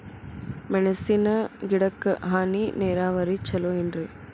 ಮೆಣಸಿನ ಗಿಡಕ್ಕ ಹನಿ ನೇರಾವರಿ ಛಲೋ ಏನ್ರಿ?